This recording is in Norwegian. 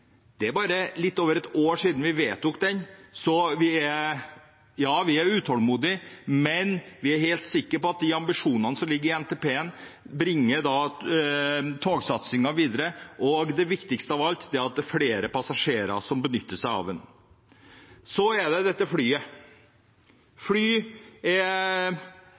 Det er bare litt over et år siden vi vedtok den, så ja, vi er utålmodige, men vi er helt sikre på at de ambisjonene som ligger i NTP-en, bringer togsatsingen videre. Det viktigste av alt er at det er flere passasjerer som benytter seg av tog. Så er det dette med fly: